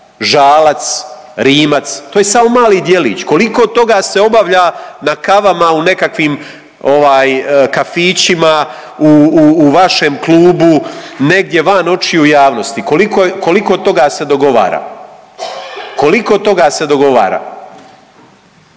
Žalac, Rimac to je samo mali djelić. Koliko toga se obavlja na kavama u nekakvim kafićima u vašem klubu, negdje van očiju javnosti, koliko toga se dogovara, koliko toga se dogovara.